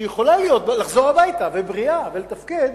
כשייתכן שהיא תחזור הביתה בריאה והיא תוכל לתפקד,